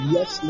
Yes